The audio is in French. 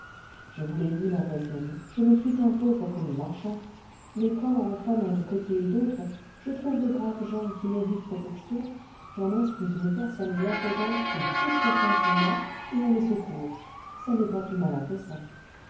je vous l'ai dit ma voisine je ne suis qu'un pauvre commis marchand mais quand en flânant de côté et d'autre je trouve de braves gens qui méritent protection j'en instruis une personne bienfaisante qui a toute confiance en moi et on les secourt ça n'est pas plus malin que ça